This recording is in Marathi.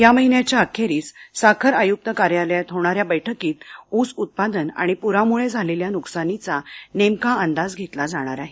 या महिन्याच्या अखेरीस साखर आयुक्त कार्यालयात होणाऱ्या बैठकीत ऊस उत्पादन आणि पुरामुळे झालेल्या नुकसानीचा नेमका अंदाज घेतला जाणार आहे